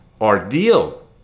ordeal